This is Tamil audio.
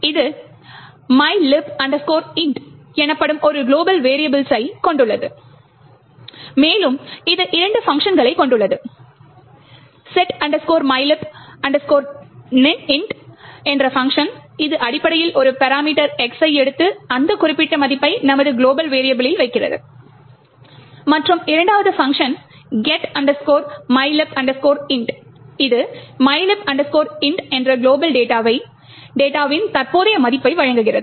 இது mylib int எனப்படும் ஒரு குளோபல் வெரியபிள்ஸை கொண்டுள்ளது மேலும் இது இரண்டு பங்க்ஷன்களைக் கொண்டுள்ளது set mylib int என்ற பங்க்ஷன் இது அடிப்படையில் ஒரு பராமீட்டர் X ஐ எடுத்து அந்த குறிப்பிட்ட மதிப்பை நமது குளோபல் வெரியபிளில் வைக்கிறது மற்றும் இரண்டாவது பங்க்ஷன் get mylib int இது mylib int என்ற குளோபல் டேட்டாவின் தற்போதைய மதிப்பை வழங்குகிறது